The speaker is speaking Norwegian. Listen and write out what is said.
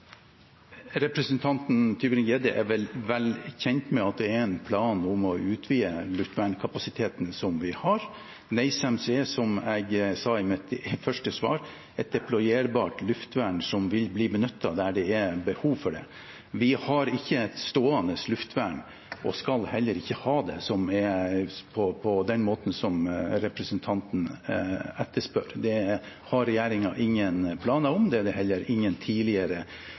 Representanten Tybring-Gjedde er vel velkjent med at det er en plan om å utvide luftvernkapasiteten vi har. NASAMS er, som jeg sa i mitt første svar, et deployerbart luftvern som vil bli benyttet der det er behov for det. Vi har ikke stående luftvern – og skal heller ikke ha det – som er det representanten etterspør. Det har regjeringen ingen planer om. Det er heller ingen tidligere